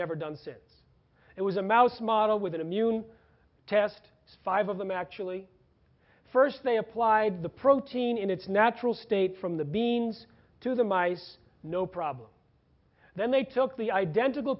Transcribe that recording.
never done since it was a mouse model with an immune test five of them actually first they applied the protein in its natural state from the beans to the mice no problem then they took the identical